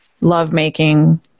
lovemaking